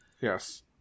Yes